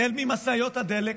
החל ממשאיות הדלק